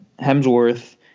Hemsworth